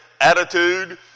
attitude